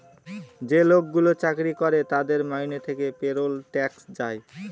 যে লোকগুলো চাকরি করে তাদের মাইনে থেকে পেরোল ট্যাক্স যায়